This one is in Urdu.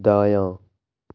دایاں